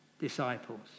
disciples